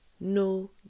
No